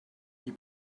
die